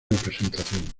representación